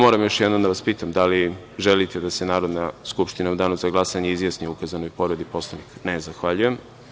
Moram još jednom da vas pitam - da li želite da se Narodna skupština u danu za glasanje izjasni o ukazanoj povredi Poslovnika? (Ne) Zahvaljujem.